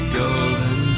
golden